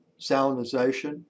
salinization